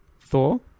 Thor